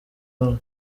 bamwe